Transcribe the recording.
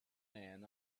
men